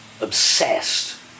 obsessed